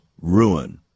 ruin